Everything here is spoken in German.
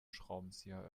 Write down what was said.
schraubenzieher